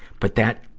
but that,